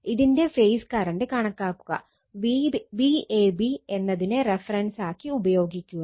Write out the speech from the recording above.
ഇതിന്റെ phase current കണക്കാക്കുക Vab എന്നതിനെ റഫറൻസാക്കി ഉപയോഗിക്കുക